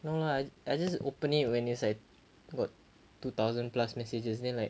no lah I j~ I just opened it when it's like got two thousand plus messages then like